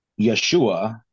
Yeshua